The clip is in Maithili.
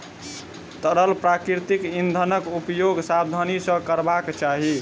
तरल प्राकृतिक इंधनक उपयोग सावधानी सॅ करबाक चाही